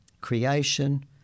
creation